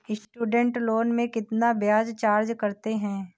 Student loan में कितना ब्याज चार्ज करते हैं?